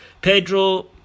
Pedro